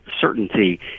certainty